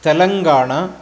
Telangana